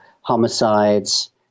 homicides